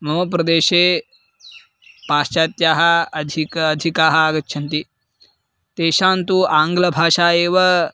मम प्रदेशे पाश्चात्याः अधिकाः अधिकाः आगच्छन्ति तेषां तु आङ्ग्लभाषा एव